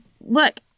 look